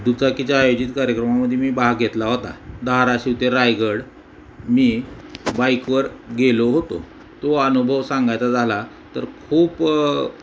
दुचाकीच्या आयोजित कार्यक्रमामध्ये मी भाग घेतला होता धाराशिव ते रायगड मी बाईकवर गेलो होतो तो अनुभव सांगायचा झाला तर खूप